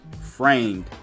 Framed